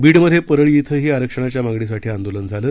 बीडमधे परळी इथंही आरक्षणाच्या मागणीसाठी आंदोलन झालं